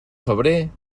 febrer